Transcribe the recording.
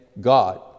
God